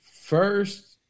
first